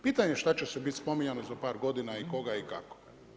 Pitanje je šta će sve biti spominjano za par godina i koga i kako.